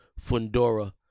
Fundora